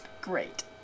Great